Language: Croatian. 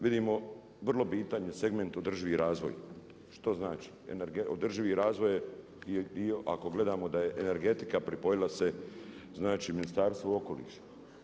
Vidimo vrlo bitan je segment održivi razvoj, što znači održivi razvoj je dio ako gledamo da je energetika pripojila se, znači Ministarstvu okoliša.